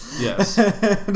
Yes